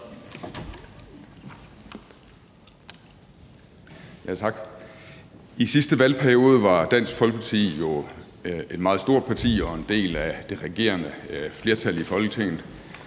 I sidste valgperiode var Dansk Folkeparti jo et meget stort parti og en del af det regerende flertal i Folketinget.